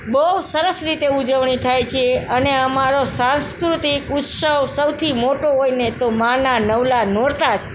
બહુ સરસ રીતે ઉજવણી થાય છે અને અમારો સાંસ્કૃતિક ઉત્સવ સૌથી મોટો હોય ને તો માના નવલાં નોરતાં છે